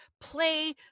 play